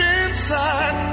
inside